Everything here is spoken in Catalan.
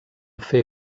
fer